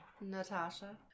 Natasha